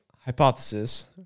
hypothesis